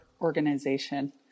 organization